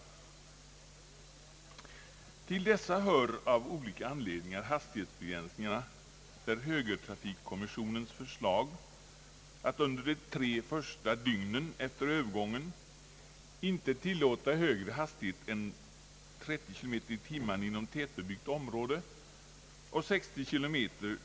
Till dessa hör av olika anledningar hastighetsbegränsningarna, där högertrafikkommissionens förslag att under de tre första dygnen efter övergången inte tillåta högre hastighet än 30 km tim.